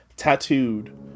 tattooed